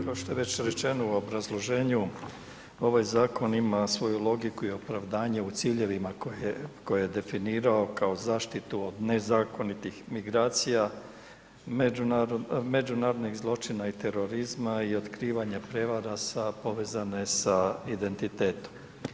Kao što je već rečeno u obrazloženju, ovaj zakon ima svoju logiku i opravdanje u ciljevima koje je definirao kao zaštitu od nezakonitih migracija, međunarodnih zločina i terorizma i otkrivanja prijevara sa, povezane sa identitetom.